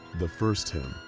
the first him.